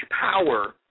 power